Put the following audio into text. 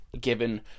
given